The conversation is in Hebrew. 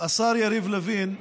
השר יריב לוין,